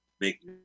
make